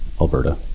Alberta